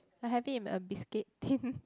I have it in a biscuit tin